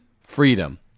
freedom